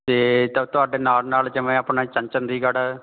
ਅਤੇ ਤ ਤੁਹਾਡੇ ਨਾਲ ਨਾਲ ਜਿਵੇਂ ਆਪਣਾ ਚੰਨ ਚੰਡੀਗੜ੍ਹ